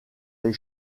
les